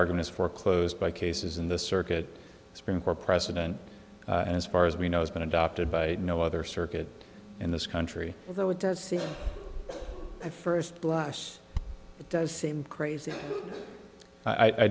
arguments for close by cases in the circuit supreme court precedent and as far as we know has been adopted by no other circuit in this country although it does seem at first blush it does seem crazy i